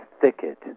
thicket